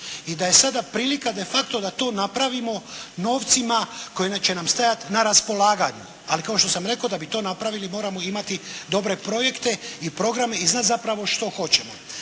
i da je sada prilika de facto da to napravimo novcima koji će nam stajati na raspolaganju, ali kao što sam rekao da bi to napravili moramo imati dobre projekte i programe i znati zapravo što hoćemo.